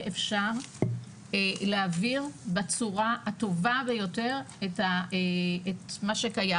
אפשר להעביר בצורה הטובה ביותר את מה שקיים,